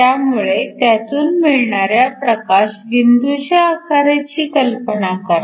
त्यामुळे त्यातून मिळणाऱ्या प्रकाश बिंदूच्या आकाराची कल्पना करा